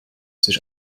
sich